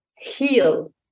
heal